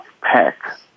pack